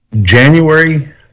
January